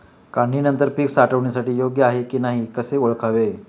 काढणी नंतर पीक साठवणीसाठी योग्य आहे की नाही कसे ओळखावे?